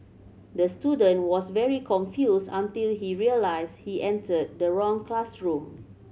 the student was very confused until he realised he entered the wrong classroom